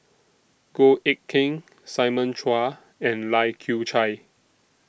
Goh Eck Kheng Simon Chua and Lai Kew Chai